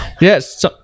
Yes